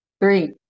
Three